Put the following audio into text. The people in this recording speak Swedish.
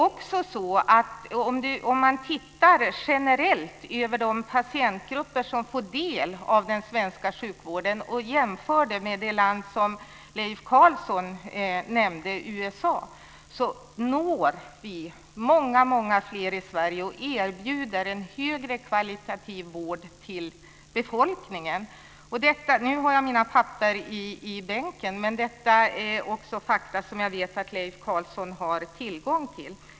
Om man tittar generellt på de patientgrupper som får del av den svenska sjukvården och jämför med det land som Leif Carlson nämnde, USA, så ser man att vi når många fler i Sverige. Vi erbjuder också befolkningen en vård med högre kvalitet. Nu har jag mina papper i bänken, men detta är fakta som jag vet att också Leif Carlson har tillgång till.